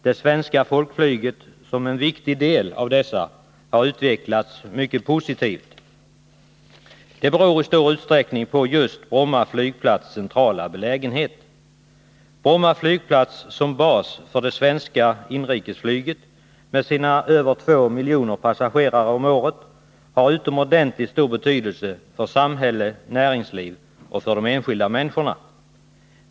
Det svenska folkflyget, som är en viktig del av dessa, har utvecklats mycket positivt. Det beror i stor utsträckning just på Bromma flygplats centrala belägenhet. Bromma flygplats som bas för det svenska inrikesflyget har med sina över 2 miljoner passagerare om året utomordentligt stor betydelse för samhälle, näringsliv och de enskilda människorna.